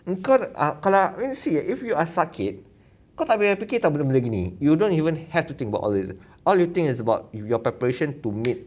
engkau ah kalau you see eh if you are sakit kau tak payah fikir [tau] benda begini you don't even have to think about all these all you think is about your preparation to meet